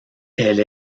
elle